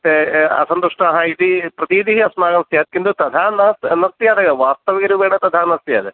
ते असन्तुष्टाः इति प्रतीतिः अस्माकं स्यात् किन्तु तथा नात् न स्यात् एव वास्तविकरूपेण तथा न स्यात्